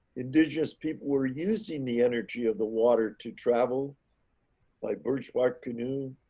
indigenous people were using the energy of the water to travel by birch bark canoe,